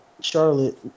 Charlotte